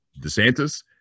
DeSantis